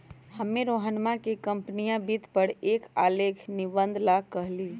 हम्मे रोहनवा के कंपनीया वित्त पर एक आलेख निबंध ला कहली